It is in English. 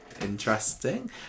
interesting